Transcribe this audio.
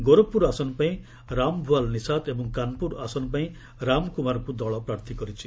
ଗୋରଖପୁର ଆସନ ପାଇଁ ରାମ ଭୁଆଲ୍ ନିସାଦ୍ ଏବଂ କାନ୍ପୁର ଆସନ ପାଇଁ ରାମ କୁମାରଙ୍କୁ ଦଳ ପ୍ରାର୍ଥୀ କରିଛି